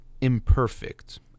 imperfect